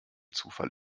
zufall